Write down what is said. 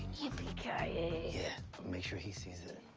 yippy kay ay. yeah, but make sure he sees it.